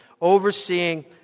Overseeing